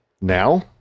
now